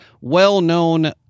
well-known